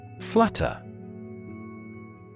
Flutter